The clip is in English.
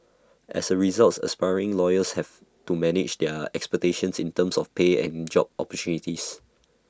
as A result aspiring lawyers have to manage their expectations in terms of pay and job opportunities